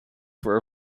for